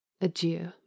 Adieu